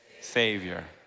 Savior